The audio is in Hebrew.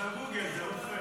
הוא עשה גוגל, זה לא פייר.